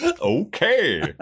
okay